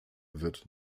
wird